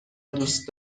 دوست